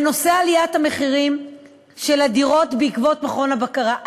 בנושא עליית מחירי הדירות בעקבות הפעלת מכוני הבקרה,